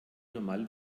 normale